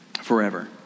forever